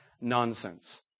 Nonsense